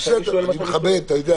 אפשר לשאול --- אני מכבד, אתה יודע.